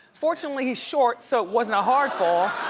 fortunately he's short, so it wasn't a hard fall.